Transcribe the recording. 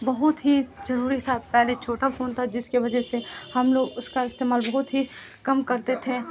بہت ہی ضروری تھا پہلے چھوٹا فون تھا جس کے وجہ سے ہم لوگ اس کا استعمال بہت ہی کم کرتے تھے